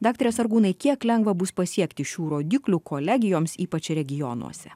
daktare sargūnai kiek lengva bus pasiekti šių rodiklių kolegijoms ypač regionuose